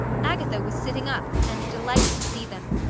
agatha was sitting up and delighted to see them.